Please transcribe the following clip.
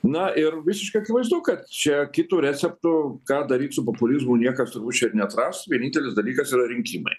na ir visiškai akivaizdu kad čia kitų receptų ką daryt su populizmu niekas rūšių ir neatras vienintelis dalykas yra rinkimai